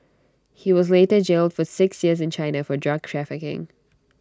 he was later jailed for six years in China for drug trafficking